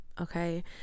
okay